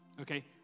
Okay